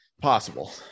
Possible